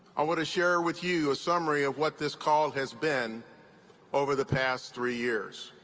i want to share with you a summary of what this call has been over the past three years.